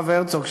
הרב הרצוג,